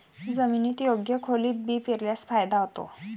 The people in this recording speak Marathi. जमिनीत योग्य खोलीत बी पेरल्यास फायदा होतो